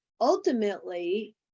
ultimately